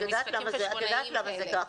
את יודעת למה זה כך,